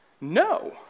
No